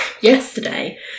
yesterday